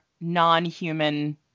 non-human